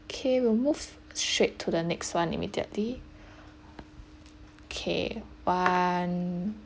okay we'll move straight to the next one immediately okay one